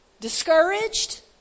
discouraged